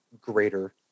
greater